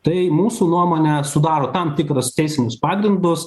tai mūsų nuomone sudaro tam tikrus teisinius pagrindus